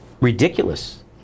ridiculous